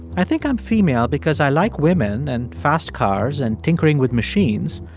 i think i'm female because i like women and fast cars and tinkering with machines,